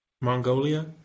Mongolia